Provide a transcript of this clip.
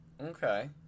Okay